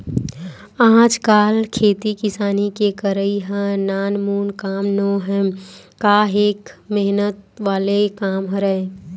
आजकल खेती किसानी के करई ह नानमुन काम नोहय काहेक मेहनत वाले काम हरय